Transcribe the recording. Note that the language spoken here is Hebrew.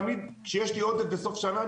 כשיש לי עודף בסוף שנה,